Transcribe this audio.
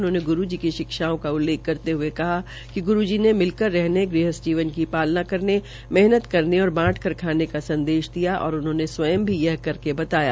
उन्होंने गुरू जी की शिक्षाओं का उल्लेख करते हुये कहा कि गुरू जी ने मिलकर रहने गृहस्थ जीवन की पालना करने और मेहनत करने और बांट कर खाने का संदेश दिया और उन्होंने स्वयं भी यह करके बताया